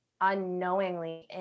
unknowingly